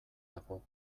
dago